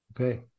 Okay